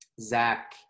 Zach